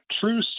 true